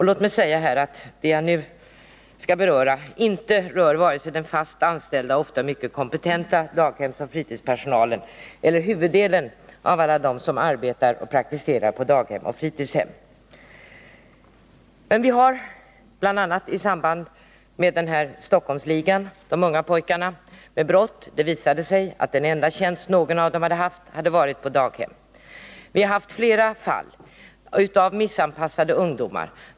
Låt mig säga att det som jag nu skall beröra inte gäller vare sig den fast anställda och ofta mycket kompetenta daghemsoch fritidspersonalen eller huvuddelen av alla dem som arbetar och praktiserar på daghem och fritidshem. När det gällde de unga pojkar som ingick i dens.k. Stockholmsligan visade det sig att den enda tjänst som någon av dem hade haft var daghemstjänst. Vi har haft flera fall av missanpassade ungdomar.